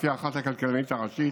לפי הערכה של הכלכלנית הראשית.